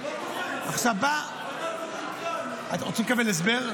--- אתם רוצים לקבל הסבר?